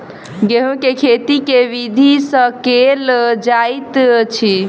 गेंहूँ केँ खेती केँ विधि सँ केल जाइत अछि?